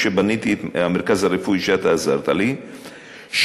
כשבניתי את המרכז הרפואי שאתה עזרת לי לבנות,